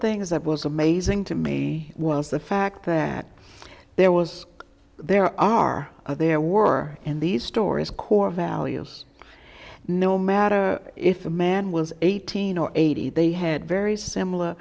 things that was amazing to me was the fact that there was there are there were and these stories core values no matter if a man was eighteen or eighty they had very similar